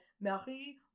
Marie